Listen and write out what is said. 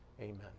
Amen